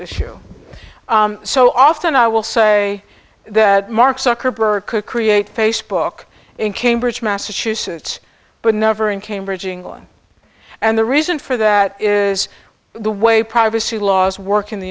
issue so often i will say that mark zuckerberg could create facebook in cambridge massachusetts but never in cambridge england and the reason for that is the way privacy laws work in the